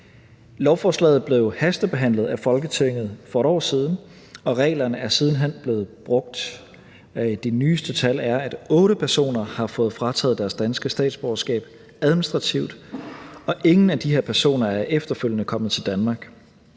Lovforslaget blev hastebehandlet af Folketinget for et år siden, og reglerne er siden hen blevet brugt. Af de nyeste tal fremgår det, at otte personer har fået frataget deres danske statsborgerskab administrativt, og ingen af de her personer er efterfølgende kommet til Danmark.